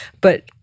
but-